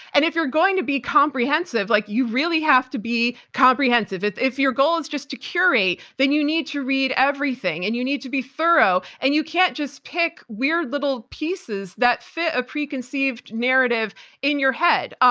and if you're going to be comprehensive, like you really have to be comprehensive. if if your goal is just to curate, then you need to read everything and you need to be thorough, and you can't just pick weird, little pieces that fit a preconceived narrative in your head,